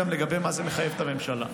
לגבי מה זה מחייב את הממשלה.